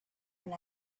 and